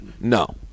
No